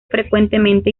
frecuentemente